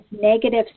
negative